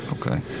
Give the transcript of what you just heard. Okay